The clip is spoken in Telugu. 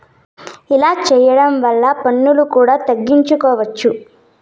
ఇలా చేయడం వల్ల పన్నులు కూడా తగ్గించుకోవచ్చు